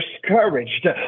discouraged